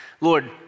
Lord